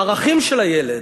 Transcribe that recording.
הערכים של הילד,